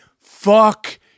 Fuck